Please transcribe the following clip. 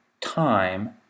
time